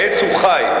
העץ הוא חי.